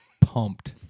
pumped